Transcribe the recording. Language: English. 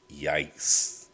Yikes